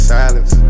silence